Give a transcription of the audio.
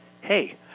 hey